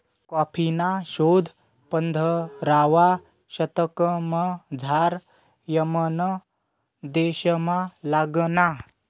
कॉफीना शोध पंधरावा शतकमझाऱ यमन देशमा लागना